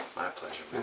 pleasure, man,